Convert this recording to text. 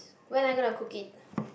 when are you going to cook it